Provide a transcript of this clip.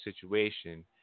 situation